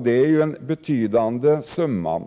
Det är en betydande summa.